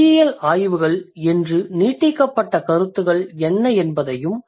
மொழியியல் ஆய்வுகள் என்று நீட்டிக்கப்பட்ட கருத்துகள் என்ன என்பதையும் நான் உங்களுக்கு ஒரு யோசனையாக தருகிறேன்